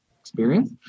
experience